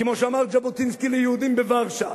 כמו שאמר ז'בוטינסקי ליהודים בוורשה,